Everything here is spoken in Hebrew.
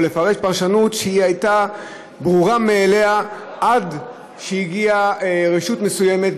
או לפרש פרשנות שהייתה ברורה מאליה עד שהגיעה רשות מסוימת,